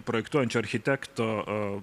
projektuojančio architekto